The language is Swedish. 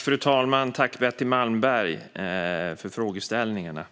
Fru talman! Tack, Betty Malmberg, för frågeställningarna!